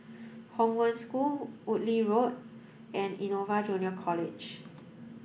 Hong Wen School Woodleigh Lane and Innova Junior College